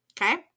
Okay